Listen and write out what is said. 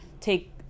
take